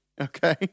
Okay